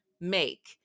make